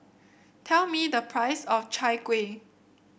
tell me the price of Chai Kueh